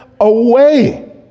away